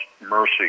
mercy